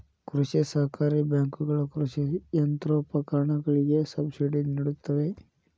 ಕೃಷಿ ಸಹಕಾರಿ ಬ್ಯಾಂಕುಗಳ ಕೃಷಿ ಯಂತ್ರೋಪಕರಣಗಳಿಗೆ ಸಬ್ಸಿಡಿ ನಿಡುತ್ತವೆ